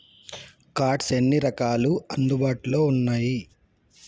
Cards ఎన్ని రకాలు అందుబాటులో ఉన్నయి?